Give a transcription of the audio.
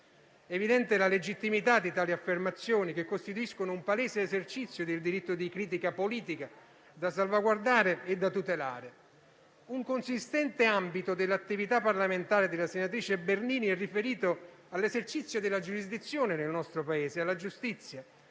È evidente la legittimità di tali affermazioni, che costituiscono un palese esercizio del diritto di critica politica da salvaguardare e tutelare. Un consistente ambito dell'attività parlamentare della senatrice Bernini è riferito all'esercizio della giurisdizione nel nostro Paese. Numerosi